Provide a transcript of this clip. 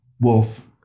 Wolf